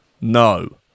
No